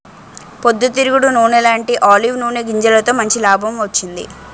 పొద్దు తిరుగుడు నూనెలాంటీ ఆలివ్ నూనె గింజలతో మంచి లాభం వచ్చింది